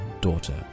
daughter